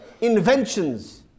inventions